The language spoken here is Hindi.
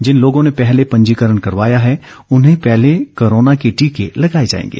जिन लोगों ने पहले पंजीकरण करवाया है उन्हें पहले कोरोना के टीके लगाए जायेंगे